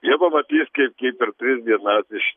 ir pamatys kaip kaip per tris dienas iš